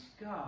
God